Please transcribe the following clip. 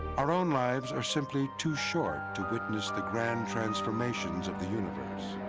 our own lives are simply too short to witness the grand transformations of the universe.